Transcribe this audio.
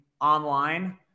online